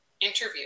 interview